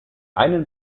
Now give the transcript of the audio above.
einen